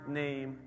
name